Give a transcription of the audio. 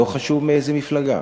לא חשוב מאיזו מפלגה,